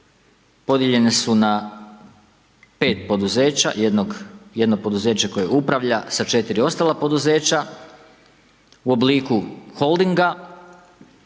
podijeljene su na 5 poduzeća, jedno poduzeće koje upravlja sa 4 ostala poduzeća u obliku holdinga